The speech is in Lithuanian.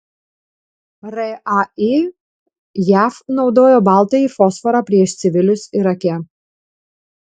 rai jav naudojo baltąjį fosforą prieš civilius irake